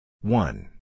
one